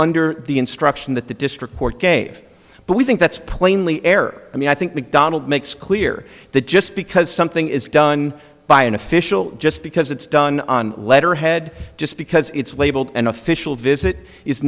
under the instruction that the district court gave but we think that's plainly err i mean i think mcdonald makes clear that just because something is done by an official just because it's done on letterhead just because it's labeled an official visit is